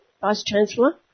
Vice-Chancellor